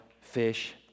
fish